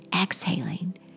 exhaling